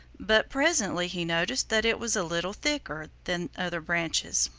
but presently he noticed that it was a little thicker than other bunches,